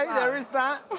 ah there is that.